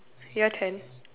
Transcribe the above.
your turn